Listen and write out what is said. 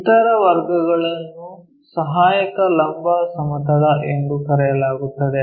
ಇತರ ವರ್ಗಗಳನ್ನು ಸಹಾಯಕ ಲಂಬ ಸಮತಲ ಎಂದು ಕರೆಯಲಾಗುತ್ತದೆ